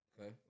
Okay